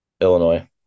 Illinois